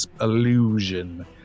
illusion